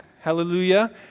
hallelujah